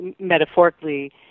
metaphorically